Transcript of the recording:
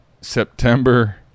September